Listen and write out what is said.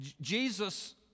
Jesus